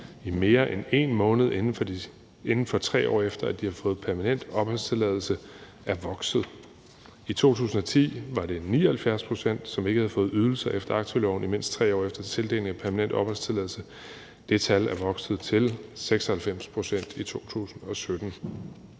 i mere end 1 måned, inden for 3 år efter at de har fået permanent opholdstilladelse, er vokset. I 2010 var det 79 pct., som ikke havde fået ydelser efter aktivloven i mindst 3 år efter tildelingen af permanent opholdstilladelse. Det tal er vokset til 96 pct. i 2017.